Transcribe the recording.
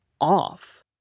off